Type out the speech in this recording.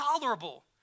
tolerable